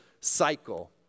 cycle